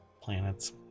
planets